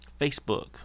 Facebook